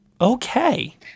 Okay